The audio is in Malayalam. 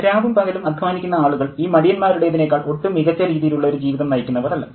" രാവും പകലും അദ്ധ്വാനിക്കുന്ന ആളുകൾ ഈ മടിയന്മാരുടേതിനേക്കാൾ ഒട്ടും മികച്ച രീതിയിലുള്ള ഒരു ജീവിതം നയിക്കുന്നവർ അല്ല